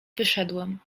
wyszedłem